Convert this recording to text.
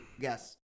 guess